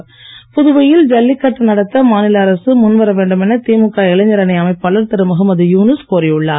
ஜல்லிகட்டு புதுவையில் ஜல்லிகட்டு நடத்த மாநில அரசு முன் வர வேண்டும் என திமுக இளைஞரணி அமைப்பாளர் திரு முகமது யூனுஸ் கோரி உள்ளார்